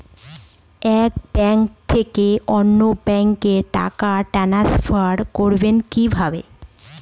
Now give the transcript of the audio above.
এক ব্যাংক থেকে অন্য ব্যাংকে টাকা ট্রান্সফার করবো কিভাবে?